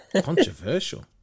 Controversial